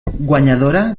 guanyadora